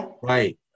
Right